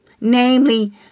Namely